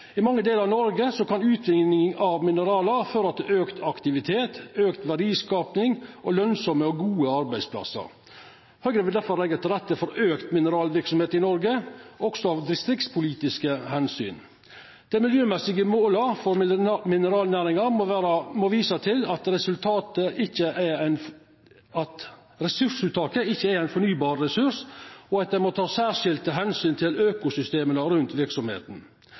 I mange delar av Noreg kan utvinning av mineral føra til auka aktivitet, auka verdiskaping og lønsame og gode arbeidsplassar. Høgre vil derfor leggja til rette for auka mineralverksemd i Noreg, også av distriktspolitiske omsyn. Dei miljømessige måla for mineralnæringa må visa til at ressursuttaket ikkje er ein fornybar ressurs, og at ein må ta særskilde omsyn til økosystema rundt